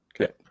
Okay